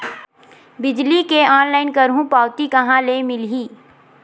बिजली के ऑनलाइन करहु पावती कहां ले मिलही?